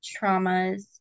traumas